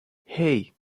hey